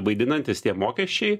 vaidinantys tie mokesčiai